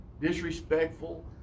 disrespectful